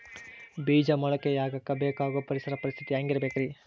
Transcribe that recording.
ಬೇಜ ಮೊಳಕೆಯಾಗಕ ಬೇಕಾಗೋ ಪರಿಸರ ಪರಿಸ್ಥಿತಿ ಹ್ಯಾಂಗಿರಬೇಕರೇ?